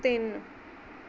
ਤਿੰਨ